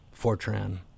Fortran